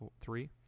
three